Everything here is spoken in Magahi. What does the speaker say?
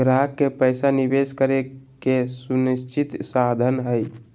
ग्राहक के पैसा निवेश करे के सुनिश्चित साधन हइ